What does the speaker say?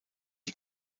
die